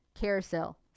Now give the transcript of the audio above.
carousel